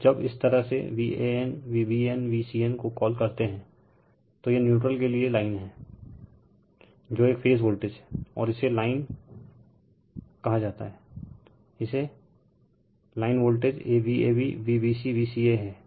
और जब इसी तरह से Van Vbn Vcnको कॉल करते हैं तो यह न्यूट्रल के लिए लाइन हैं जो एक फेज वोल्टेज हैं और इसे लाइन टू लाइन वोल्टेज कहा जाता हैं जो की Vab Vbc Vca हैं